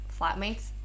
flatmates